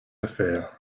affaires